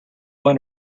going